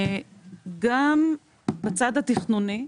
גם בצד התכנוני,